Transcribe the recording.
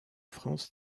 france